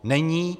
Není.